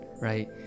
Right